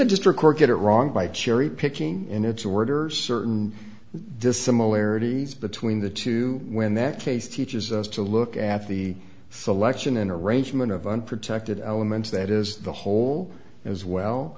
the just record get it wrong by cherry picking in its order certain dissimilarities between the two when that case teaches us to look at the selection and arrangement of unprotected elements that is the whole as well